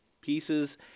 pieces